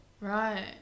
Right